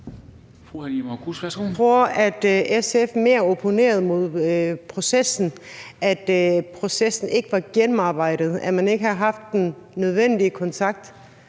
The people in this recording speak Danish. Jeg tror, at SF mere opponerede mod processen, at processen ikke var gennemarbejdet, at man ikke har haft den nødvendige kontakt